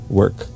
work